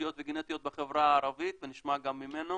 תורשתיות וגנטיות בחברה הערבית ונשמע גם ממנו?